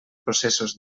processos